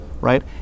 right